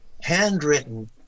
Handwritten